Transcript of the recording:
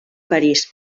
parís